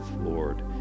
lord